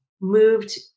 moved